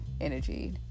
energy